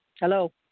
Hello